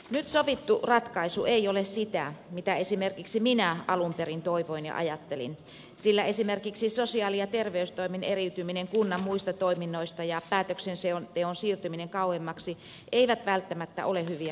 nyt sovittu ratkaisu ei ole sitä mitä esimerkiksi minä alun perin toivoin ja ajattelin sillä esimerkiksi sosiaali ja terveystoimen eriytyminen kunnan muista toiminnoista ja päätöksenteon siirtyminen kauemmaksi eivät välttämättä ole hyviä kehityssuuntia